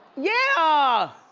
yeah!